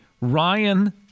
Ryan